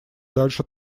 дальше